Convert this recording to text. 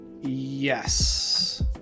yes